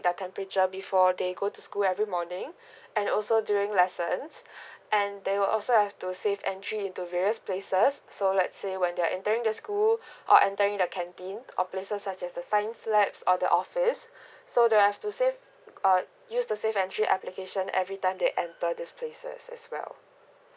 their temperature before they go to school every morning and also doing lessons and they will also have to safe entry into various places so let's say when you're entering the school or entering the canteen or places such as the science labs or the office so they have to safe uh use the safe entry application everytime they enter this places as well